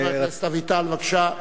חבר הכנסת אביטל, בבקשה.